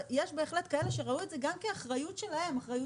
ויש כאלה שראו את זה גם כאחריות תאגידית,